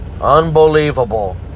Unbelievable